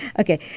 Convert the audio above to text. Okay